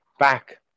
back